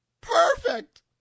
Perfect